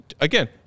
Again